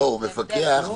הוא מפקח,